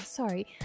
Sorry